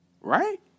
right